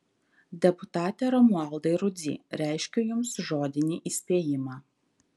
deputate romualdai rudzy reiškiu jums žodinį įspėjimą